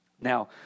now